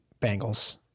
Bengals